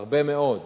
הרבה מאוד,